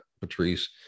Patrice